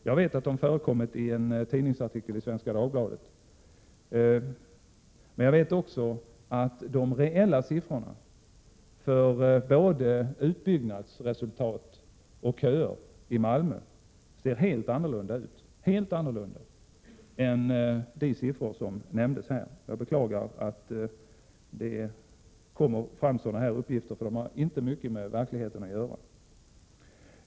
Jag vet att de har förekommit i en tidningsartikel i Svenska Dagbladet, men jag vet också att de reella siffrorna för både utbyggnadsresultat och köer i Malmö ser helt annorlunda ut — helt annorlunda! — än de siffror som här nämndes. Jag beklagar att det kommer fram sådana uppgifter — de har inte mycket med verkligheten att göra.